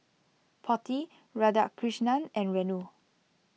Potti Radhakrishnan and Renu